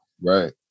Right